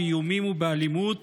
באיומים ובאלימות